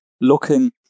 looking